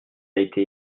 été